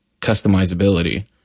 customizability